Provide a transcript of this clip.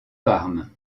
parme